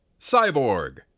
Cyborg